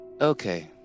Okay